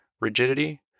rigidity